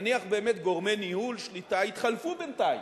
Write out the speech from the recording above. נניח באמת גורמי ניהול, שליטה, התחלפו בינתיים,